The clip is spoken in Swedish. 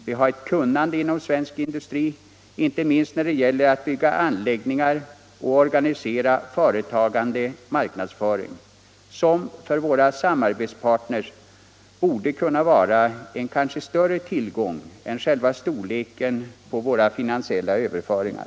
Vi har ett kunnande inom svensk industri, inte minst när det gäller att bygga anläggningar och organisera företagande/marknadsföring, som för våra samarbetspartner borde kunna vara en kanske större tillgång än själva storleken på våra finansiella överföringar.